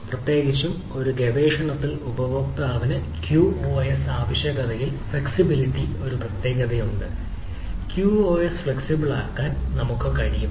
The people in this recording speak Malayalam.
പ്രത്യേകിച്ചും ഈ ഗവേഷണത്തിൽ ഉപയോക്താവിന് ക്യൂഒഎസ് ആവശ്യകതയിൽ ഫ്ലെക്സിബിലിറ്റി ആക്കാൻ നമുക്ക് കഴിയുമോ